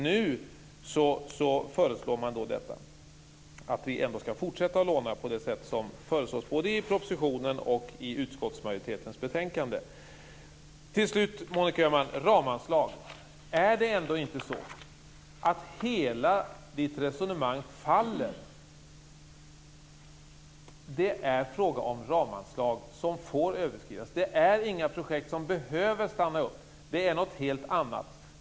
Nu säger ni att vi ändå skall fortsätta att låna på det sätt som föreslås både i propositionen och i utskottsmajoritetens betänkande. Till slut vill jag ta upp detta med ramanslag. Är det ändå inte så att hela Monica Öhmans resonemang faller? Det är fråga om ramanslag som får överskridas. Det är inga projekt som behöver stanna upp. Det är något helt annat.